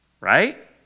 right